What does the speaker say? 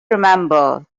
remember